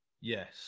Yes